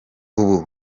ubu